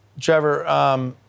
Trevor